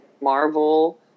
Marvel